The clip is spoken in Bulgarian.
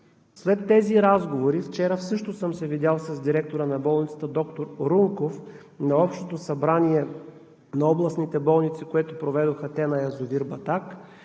След тези разговори вчера също съм се видял с директора на болницата – доктор Рулков. На Общото събрание на областните болници, което проведоха те на язовир Батак,